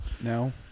No